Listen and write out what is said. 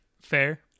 Fair